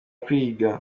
kwiga